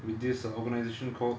with this uh organisation called